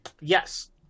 Yes